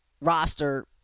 Roster